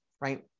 right